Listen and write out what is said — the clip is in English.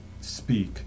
speak